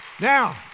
Now